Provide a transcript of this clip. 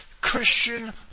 Christian